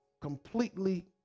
Completely